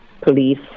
police